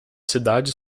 cidades